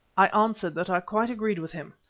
i answered that i quite agreed with him,